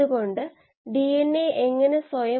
ഒന്നുകൂടി കടന്ന് മുഴുവൻ കോശങ്ങളും മാറ്റാം